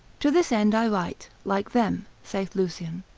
to this end i write, like them, saith lucian,